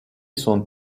son